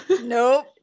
Nope